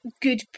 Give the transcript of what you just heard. good